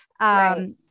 Right